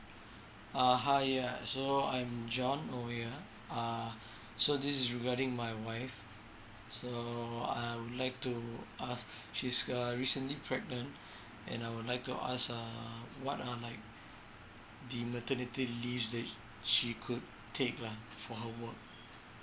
uh hi yeah so I'm john over here err so this is regarding my wife so I would like to ask she's uh recently pregnant and I would like to ask err what are like the maternity leaves that she could take lah for her work